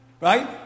Right